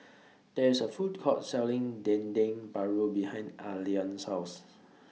There IS A Food Court Selling Dendeng Paru behind Allean's House